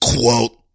quote